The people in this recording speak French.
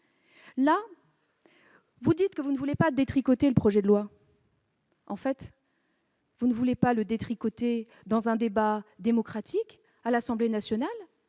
! Vous dites que vous ne voulez pas détricoter le projet de loi. En fait, vous ne voulez pas le faire dans le cadre d'un débat démocratique à l'Assemblée nationale.